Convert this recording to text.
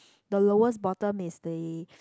the lowest bottom is the